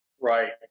right